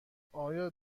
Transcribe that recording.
آیا